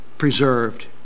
preserved